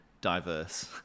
diverse